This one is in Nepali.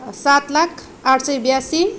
सात लाख आठ सय ब्यासी